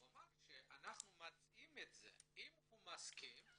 הוא אמר שהם מציעים את זה ואם מסכימים,